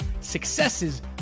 successes